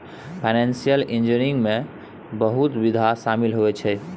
financial engineering में बहुते विधा शामिल होइ छै